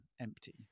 empty